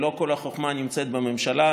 לא כל החוכמה נמצאת בממשלה,